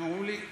הם אמרו לי: